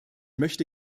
möchte